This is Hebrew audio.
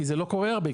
כי זה לא קורה הרבה,